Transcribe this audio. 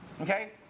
Okay